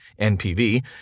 NPV